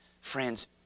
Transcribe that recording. Friends